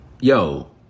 yo